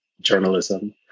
journalism